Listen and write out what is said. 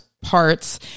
parts